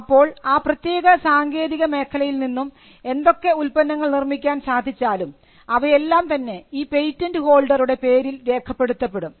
അപ്പോൾ ആ പ്രത്യേക സാങ്കേതിക മേഖലയിൽ നിന്നും എന്തൊക്കെ ഉൽപ്പന്നങ്ങൾ നിർമ്മിക്കാൻ സാധിച്ചാലും അവയെല്ലാം തന്നെ ഈ പേറ്റന്റ് ഹോൾഡറുടെ പേരിൽ രേഖപ്പെടുത്തപ്പെടും